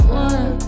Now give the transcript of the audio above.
one